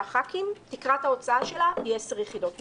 חברי כנסת תקרת ההוצאה שלה היא 10 יחידות מימון.